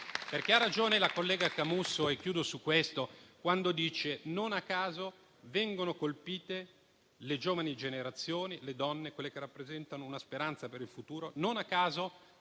Ha ragione la collega Camusso quando dice che non a caso vengono colpite le giovani generazioni e le donne, che rappresentano una speranza per il futuro. Non a caso vengono colpite